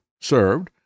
served